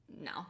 No